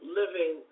living